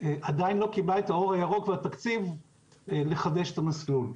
עדיין לא קיבלה את האור הירוק והתקציב לחדש את המסלול.